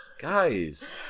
guys